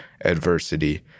adversity